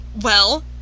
Well